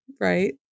right